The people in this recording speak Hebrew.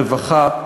רווחה,